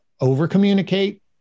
over-communicate